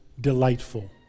delightful